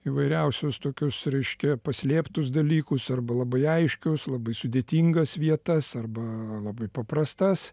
įvairiausius tokius reiškia paslėptus dalykus arba labai aiškius labai sudėtingas vietas arba labai paprastas